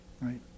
right